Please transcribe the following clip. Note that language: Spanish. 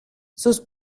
sus